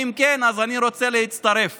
ואם כן, אז אני רוצה להצטרף